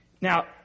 Now